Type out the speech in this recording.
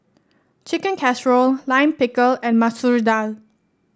Chicken Casserole Lime Pickle and Masoor Dal